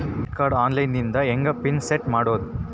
Debit card online ದಿಂದ ಹೆಂಗ್ pin set ಮಾಡೋದು?